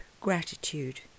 gratitude